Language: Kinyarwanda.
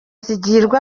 zigirwa